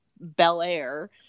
bel-air